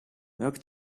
welk